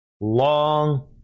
long